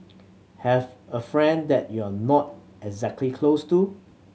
have a friend that you're not exactly close to